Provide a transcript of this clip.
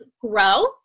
grow